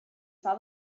saw